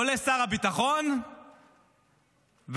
עולה שר הביטחון ואומר: